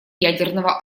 ядерного